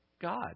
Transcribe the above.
God